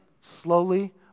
Slowly